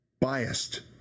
biased